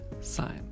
sign